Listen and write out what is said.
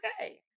okay